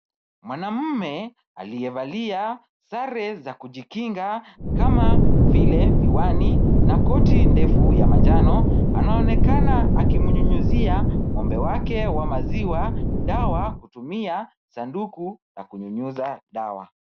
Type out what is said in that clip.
Mwanaume aliyevalia sare za kujikinga kama vile miwani na koti ndefu ya manjano anaonekana akimnyunyuzia ngombe wake wa maziwa dawa kutumia sanduku la kunyunyuza dawa.